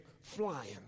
flying